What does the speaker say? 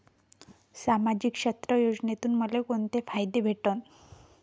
सामाजिक क्षेत्र योजनेतून मले कोंते फायदे भेटन?